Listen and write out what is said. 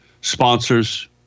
sponsors